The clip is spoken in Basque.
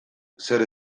zer